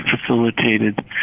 facilitated